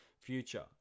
future